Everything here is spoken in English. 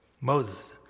Moses